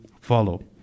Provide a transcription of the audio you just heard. follow